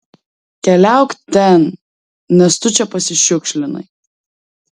keliauk ten nes tu čia pasišiukšlinai